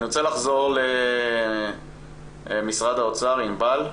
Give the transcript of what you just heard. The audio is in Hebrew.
אני רוצה לחזור למשרד האוצר, ענבל.